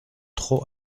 trop